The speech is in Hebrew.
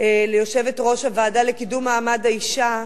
ליושבת-ראש הוועדה לקידום מעמד האשה,